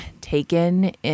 taken